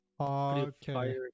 Okay